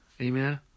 Amen